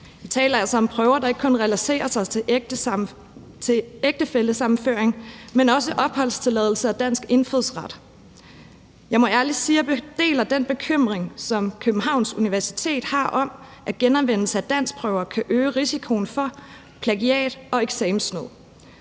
Vi taler altså om prøver, der ikke kun relaterer sig til ægtefællesammenføring, men også opholdstilladelse og dansk indfødsret. Jeg må ærligt sige, at jeg deler den bekymring, som Københavns Universitet har, om, at genanvendelse af danskprøver kan øge risikoen for plagiat og eksamenssnyd,